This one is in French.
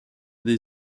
des